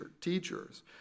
teachers